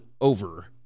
over